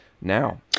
now